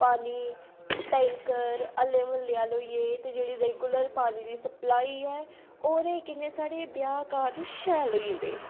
पानी टैंकर हल्ले म्हल्ले आह्ले होई गे जेह्ड़ी रैगूलर पानी दी सप्लाई ऐ ओह्दे कन्नै साढ़ी ब्याह् कारज शैल होई जंदे